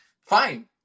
Fine